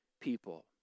people